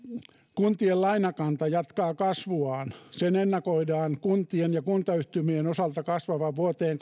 kuntien lainakanta jatkaa kasvuaan sen ennakoidaan kuntien ja kuntayhtymien osalta kasvavan vuoteen